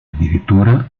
addirittura